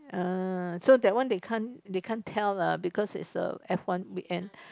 uh so that one they can't they can't tell lah because is the F one weekend